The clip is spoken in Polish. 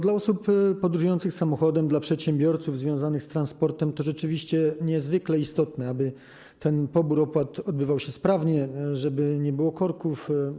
Dla osób podróżujących samochodem, dla przedsiębiorców związanych z transportem jest rzeczywiście niezwykle istotne, aby ten pobór opłat odbywał się sprawnie, żeby nie było korków.